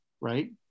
Right